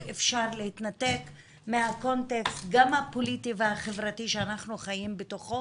אי אפשר להתנתק מהקונטקסט גם הפוליטי והחברתי שאנחנו חיים בתוכו.